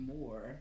more